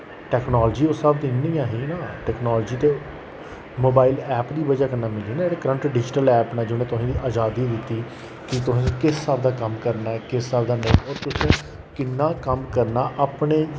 technology उस साह्ब दी इन्नी गै ही ना टकनॉलजी ते मोबाईल ऐप दी वजह् कन्नै मिली ना जेह्ड़ी क्रंट डिजिटल ऐप जुन्नें तुहें अजादी दित्ती कि तुसें किस स्हाब दा कम्म करना ऐ किस स्हाब दा नेईं और तुसें किन्ना कम्म करना अपने